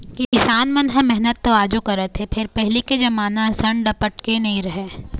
किसान मन ह मेहनत तो आजो करत हे फेर पहिली के जमाना असन डपटके नइ राहय